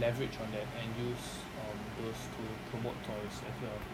leverage on them and use um those to promote toys as well